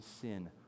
sin